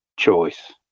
choice